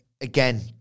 Again